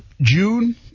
June